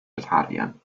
battalion